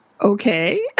okay